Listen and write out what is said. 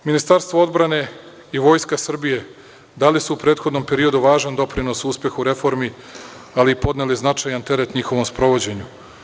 Ministarstvo odbrane i Vojska Srbije dali su u prethodnom periodu važan doprinos uspehu reformi, ali i podneli značajan teret u njihovom sprovođenju.